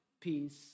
peace